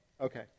Okay